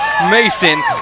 Mason